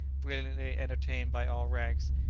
brilliantly entertained by all ranks,